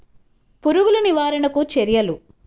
పురుగులు నివారణకు చర్యలు?